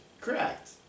Correct